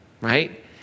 right